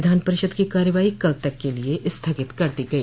विधान परिषद की कार्यवाही कल तक के लिये स्थगित कर दी गई